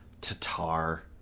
Tatar